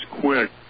quick